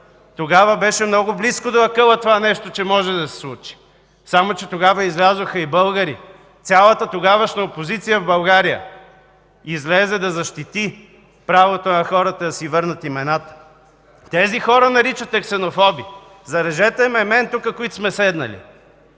имената, беше много близко до акъла, че може да се случи това нещо. Само че тогава излязоха и българи, цялата тогавашна опозиция в България излезе, за да защити правото на хората да си върнат имената. Тези хора наричате ксенофоби! Зарежете ме мен и които сме седнали